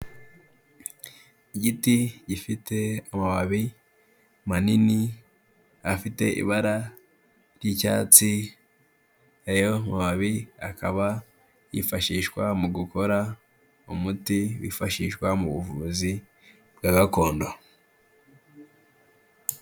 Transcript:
Igiti gifite amababi manini afite ibara ry'icyatsi, ayobabi akaba yifashishwa mu gukora umuti wifashishwa mu buvuzi bwa gakondo.